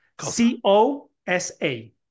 C-O-S-A